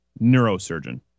neurosurgeon